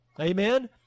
Amen